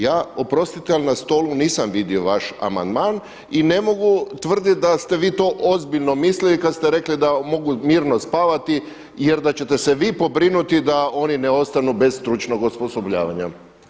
Ja, oprostite ali na stolu nisam vidio vaš amandman i ne mogu tvrditi da ste vi to ozbiljno mislili kada ste rekli da mogu mirno spavati jer da ćete se vi pobrinuti da oni ne ostanu bez stručnog osposobljavanja.